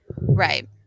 Right